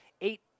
eight